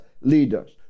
leaders